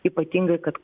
ypatingai kad